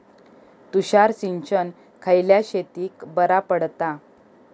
तुषार सिंचन खयल्या शेतीक बरा पडता?